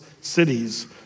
cities